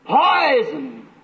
Poison